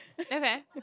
Okay